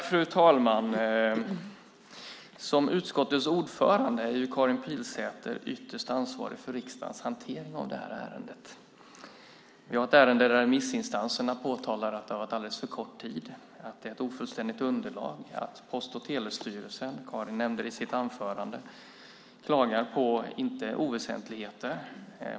Fru talman! Som utskottets ordförande är Karin Pilsäter ytterst ansvarig för riksdagens hantering av detta ärende. Vi har ett ärende där remissinstanserna har påtalat att det har varit alldeles för kort tid och att det är ett ofullständigt underlag. Post och telestyrelsen klagar på sådant som inte är oväsentligheter, vilket Karin Pilsäter nämnde i sitt anförande.